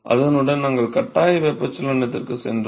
அதனுடன் நாங்கள் கட்டாய வெப்பச்சலனத்திற்கு சென்றோம்